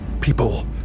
People